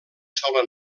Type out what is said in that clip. sola